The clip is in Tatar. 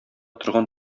торган